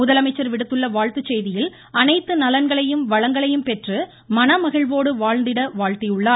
முதலமைச்சர் விடுத்துள்ள வாழ்த்துச் செய்தியில் அனைத்து நலன்களையும் வளங்களையும் பெற்று மனமகிழ்வோடு வாழ்ந்திட வாழ்த்தியுள்ளார்